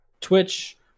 Twitch